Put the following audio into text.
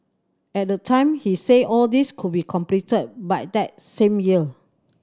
at the time he said all these could be completed by that same year